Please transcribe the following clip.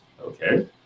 Okay